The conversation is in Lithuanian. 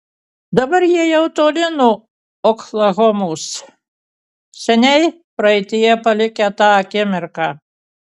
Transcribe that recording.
dabar jie jau toli nuo oklahomos seniai praeityje palikę tą akimirką